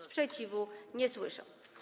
Sprzeciwu nie słyszę.